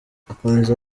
akomeza